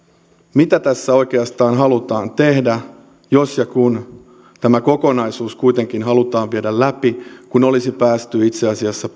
mitä tässä oikeastaan halutaan tehdä jos ja kun tämä kokonaisuus kuitenkin halutaan viedä läpi kun itse asiassa